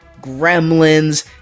Gremlins